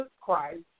Christ